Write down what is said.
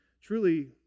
truly